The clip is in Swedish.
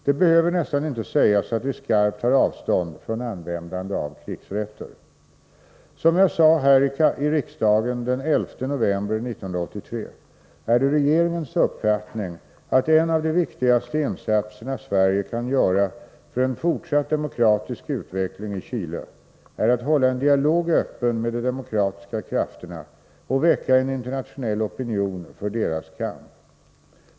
Det behöver nästan inte sägas att vi skarpt tar avstånd från användande av krigsrätter. Som jag sade här i riksdagen den 11 november 1983 är det regeringens uppfattning att en av de viktigaste insatserna Sverige kan göra för en fortsatt demokratisk utveckling i Chile är att hålla en dialog öppen med de demokratiska krafterna och väcka en internationell opinion för deras kamp.